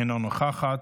אינה נוכחת.